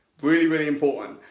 really, really important.